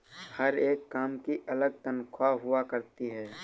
हर एक काम की अलग तन्ख्वाह हुआ करती है